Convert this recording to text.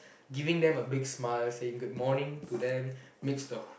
giving them a big smile saying good morning to them makes the